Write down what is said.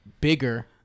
bigger